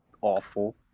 awful